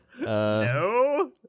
No